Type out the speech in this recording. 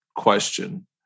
question